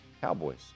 Cowboys